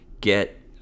get